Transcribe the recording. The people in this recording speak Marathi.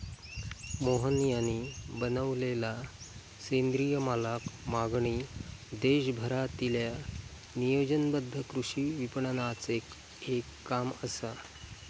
मोहन यांनी बनवलेलला सेंद्रिय मालाक मागणी देशभरातील्या नियोजनबद्ध कृषी विपणनाचे एक काम असा